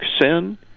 sin